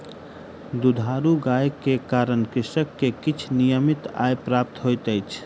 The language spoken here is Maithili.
दुधारू गाय के कारण कृषक के किछ नियमित आय प्राप्त होइत अछि